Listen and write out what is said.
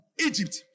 egypt